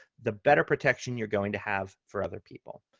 the better protection you're going to have for other people.